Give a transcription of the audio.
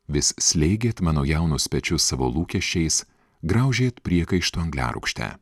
vis slėgė mano jaunus pečius savo lūkesčiais graužėt priekaištų angliarūgšte